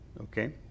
okay